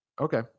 Okay